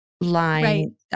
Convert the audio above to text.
line